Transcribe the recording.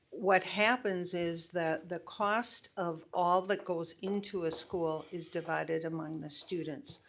what happens is that the cost of all that goes into a school is divided among the students.